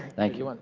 thank you. and